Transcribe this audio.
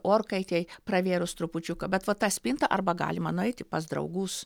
orkaitėj pravėrus trupučiuką bet va ta spinta arba galima nueiti pas draugus